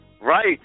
Right